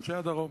אנשי הדרום.